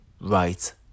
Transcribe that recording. right